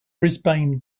brisbane